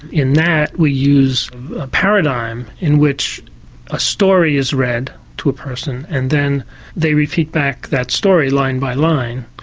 in that we use a paradigm in which a story is read to a person, and then they repeat back that story, line by line.